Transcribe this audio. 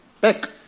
back